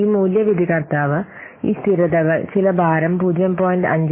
ഈ മൂല്യ വിധികർത്താവ് ഈ സ്ഥിരതകൾ ചില ഭാരം 0